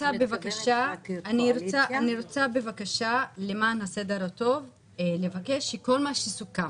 למען הסדר הטוב אני רוצה בבקשה לבקש שכל מה שסוכם